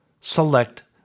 select